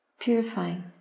purifying